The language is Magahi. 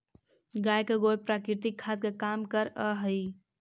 गाय का गोबर प्राकृतिक खाद का काम करअ हई